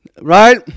right